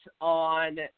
on